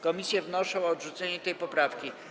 Komisje wnoszą o odrzucenie tej poprawki.